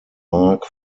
mark